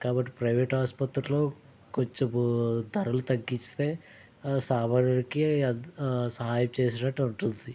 కాబట్టి ప్రైవేట్ ఆస్పత్రులలో కొంచెం ధరలు తగ్గిస్తే ఆ సామాన్యునికి సహాయం చేసినట్టు ఉంటుంది